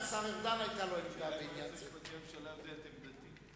גם השר ארדן היתה לו עמדה בעניין זה.